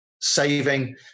saving